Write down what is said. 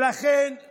זה ממש לא נופל בימים.